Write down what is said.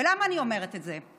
ולמה אני אומרת את זה?